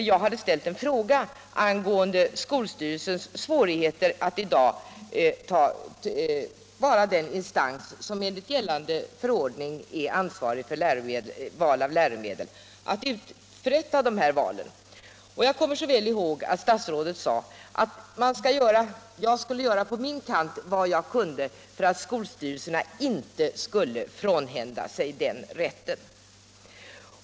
Jag hade ställt en fråga angående den lokala skolstyrelsens svårigheter att vara den instans som enligt gällande förordning är ansvarig för val av läromedel och att göra dessa val. Statsrådet svarade då att han för sin del skulle göra allt vad han kunde för att skolstyrelserna inte skulle frånhända sig denna rätt.